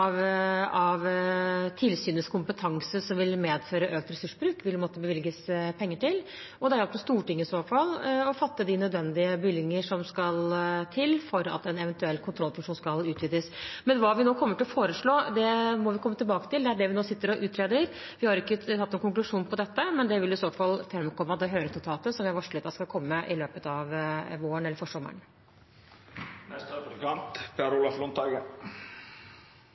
endring av tilsynets kompetanse som vil medføre økt ressursbruk, vil det måtte bevilges penger til. Det er i så fall opp til Stortinget å fatte de nødvendige bevilgninger som skal til for at en eventuell kontrollfunksjon skal utvides. Men hva vi nå kommer til å foreslå, må vi komme tilbake til. Det er det vi nå sitter og utreder. Vi har ikke trukket noen konklusjon på dette. Det vil i så fall framkomme av det høringsnotatet som vi har varslet skal komme i løpet av våren eller